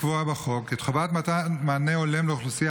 מוצע לקבוע בחוק את חובת מתן מענה הולם לאוכלוסייה